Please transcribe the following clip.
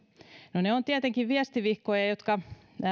no ne ovat tietenkin viestivihkoja jotka